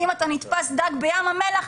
ואם אתה נתפס דג בים המלח,